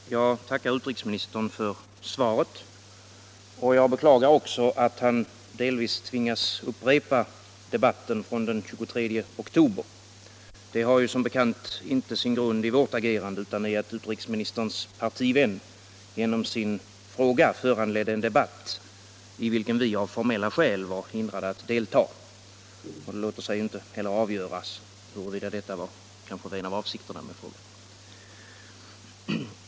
Herr talman! Jag tackar utrikesministern för svaret. Jag beklagar också, att han delvis tvingas upprepa debatten från den 23 oktober. Det har som bekant inte sin grund i vårt agerande utan i att utrikesministerns partivän genom sin fråga föranledde en debatt i vilken vi av formella skäl var hindrade att delta. Det låter sig inte heller avgöras huruvida detta var avsikten med frågan.